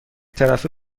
طرفه